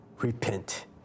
repent